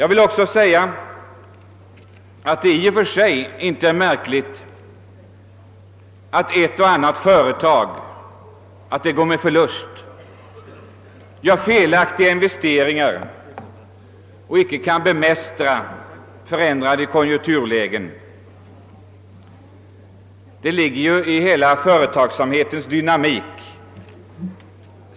I och för sig är det inte märkligt att ett och annat företag går med förlust, gör felaktiga investeringar och icke kan bemästra förändrade konjunkturlägen. Det ligger ju i hela företagsamhetens dynamik.